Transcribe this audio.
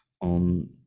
on